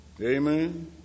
Amen